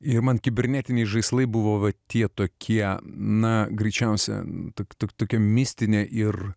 ir man kibernetiniai žaislai buvo va tie tokie na greičiausia to to tokia mistinė ir